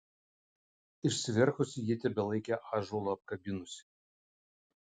išsiverkusi ji tebelaikė ąžuolą apkabinusi